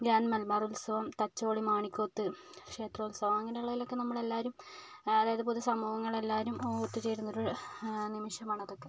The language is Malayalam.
ഗ്രാൻഡ് മലബാർ ഉത്സവം തച്ചോളി മാണിക്കോത്ത് ക്ഷേത്രോത്സവം അങ്ങനെയുള്ളതിലൊക്കെ നമ്മളെല്ലാരും അതായത് പൊതുസമൂഹങ്ങളെല്ലാവരും ഓ ഒത്തുചേരുന്നൊരു നിമിഷമാണതൊക്കെ